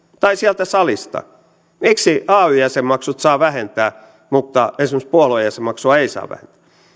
tai sieltä salista miksi ay jäsenmaksut saa vähentää mutta esimerkiksi puoluejäsenmaksua ei saa vähentää